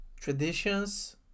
traditions